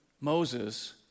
Moses